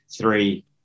three